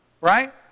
right